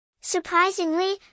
Surprisingly